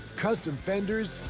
custom fenders,